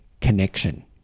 connection